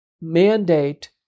mandate